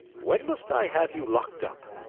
when must i have you locked up?